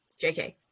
JK